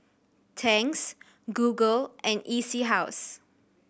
Tangs Google and E C House